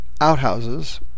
outhouses